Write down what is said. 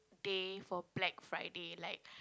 day for Black-Friday like